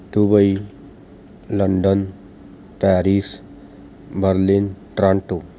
Dubai London Paris Berlin Toronto